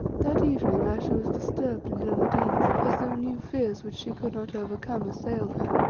that evening ayesha was disturbed and ill at ease, as though new fears which she could not overcome assailed her.